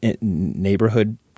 neighborhood